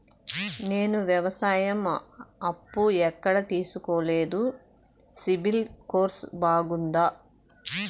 నేను వ్యవసాయం అప్పు ఎక్కడ తీసుకోలేదు, సిబిల్ స్కోరు బాగుందా?